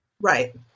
Right